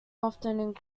often